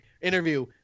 Interview